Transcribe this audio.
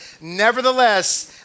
nevertheless